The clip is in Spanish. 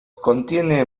contiene